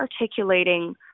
articulating